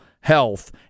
health